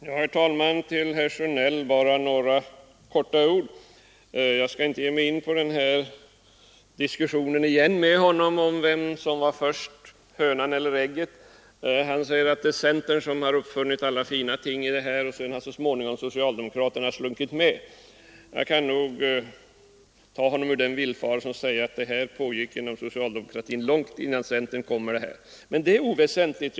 Herr talman! Till herr Sjönell vill jag bara säga några ord. Jag skall inte ge mig in på den här diskussionen igen om vem som var först — hönan eller ägget. Han säger att det är centern som har uppfunnit alla fina ting i det här sammanhanget och att socialdemokraterna så småningom har slunkit med. Jag kan nog ta honom ur den villfarelsen och säga att detta pågick inom socialdemokratin långt innan centern började med det. — Men detta är oväsentligt.